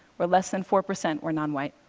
or less than four percent, were non-white.